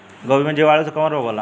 गोभी में जीवाणु से कवन रोग होला?